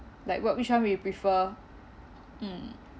like what which one we prefer mm